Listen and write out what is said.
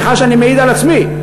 סליחה שאני מעיד על עצמי,